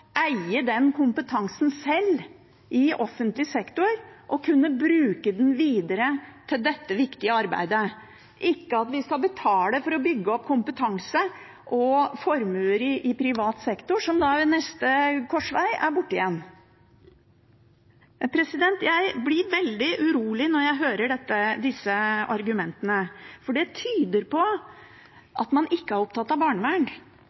eie den kompetansen selv i offentlig sektor og kunne bruke den videre til dette viktige arbeidet – ikke at man skal betale for å bygge opp kompetanse og formuer i privat sektor som ved neste korsvei er borte igjen. Jeg blir veldig urolig når jeg hører disse argumentene, for det tyder på at man ikke er opptatt av barnevern,